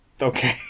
okay